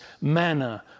manner